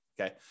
Okay